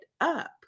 up